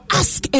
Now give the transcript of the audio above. ask